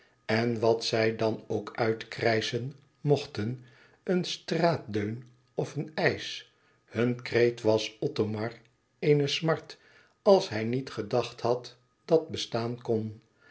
en wat zij dan ook uitkrijschen mochten een straatdeun of een eisch hun kreet was othomar eene smart als hij niet gedacht had dat kon